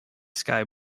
sky